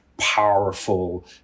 powerful